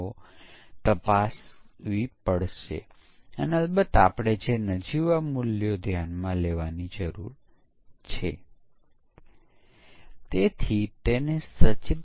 અને દિવસમાં એક કે બે વાર પરીક્ષણ પછી કોઈ વધુ ભૂલો નોંધવામાં આવતી નથી તો તે અટકવાનો સમય છે